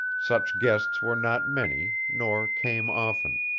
such guests were not many, nor came often.